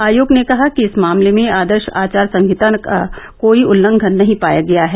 आयोग ने कहा कि इस मामले में आदर्श आचार संहिता का कोई उल्लंघन नहीं पाया गया है